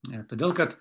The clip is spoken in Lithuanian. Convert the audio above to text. todėl kad